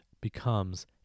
becomes